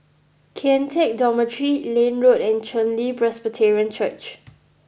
Kian Teck Dormitory Liane Road and Chen Li Presbyterian Church